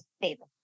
favorite